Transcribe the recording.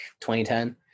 2010